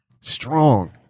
strong